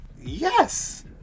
Yes